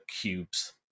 cubes